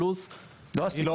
פלוס היא לא --- לא הסיפור,